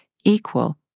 equal